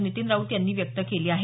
नितीन राऊत यांनी व्यक्त केली आहे